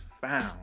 found